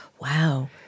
Wow